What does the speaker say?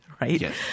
right